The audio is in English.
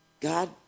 God